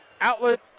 Outlet